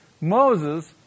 Moses